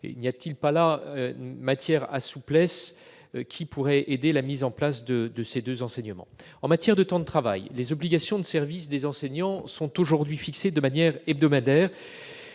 pas faire preuve de souplesse pour aider à mettre en place ces deux enseignements ? En matière de temps de travail, les obligations de service des enseignants sont aujourd'hui fixées de manière hebdomadaire.